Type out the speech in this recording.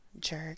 jerk